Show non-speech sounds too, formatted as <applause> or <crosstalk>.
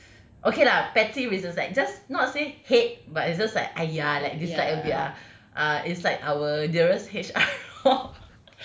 <breath> okay lah petty reasons like just not say hate but it's just like !aiya! like dislike a bit ah ah it's like our dearest H_R lor <laughs>